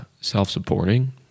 Self-supporting